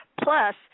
Plus